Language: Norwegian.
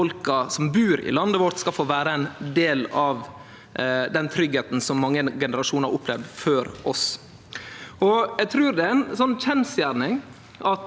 folka som bur i landet vårt, skal få vere ein del av den tryggleiken som mange generasjonar har opplevd før oss. Eg trur det er ei kjensgjerning